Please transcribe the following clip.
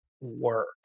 work